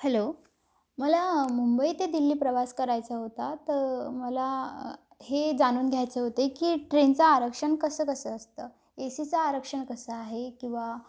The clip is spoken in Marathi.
हॅलो मला मुंबई ते दिल्ली प्रवास करायचा होता तर मला हे जाणून घ्यायचं होते की ट्रेनचं आरक्षण कसं कसं असतं ए सीचं आरक्षण कसं आहे किंवा